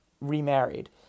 remarried